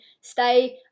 stay